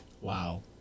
Wow